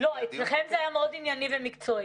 אצלכם זה היה מאוד ענייני ומקצועי,